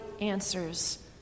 answers